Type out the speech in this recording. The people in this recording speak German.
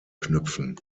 knüpfen